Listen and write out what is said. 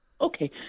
Okay